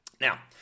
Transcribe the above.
Now